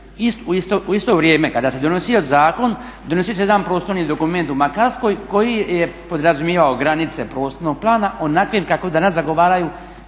u isto vrijeme kad se donosio zakon donosio se jedan prostorni dokument u Makarskoj koji je podrazumijevao granice prostornog plana onakvim kako danas zagovaraju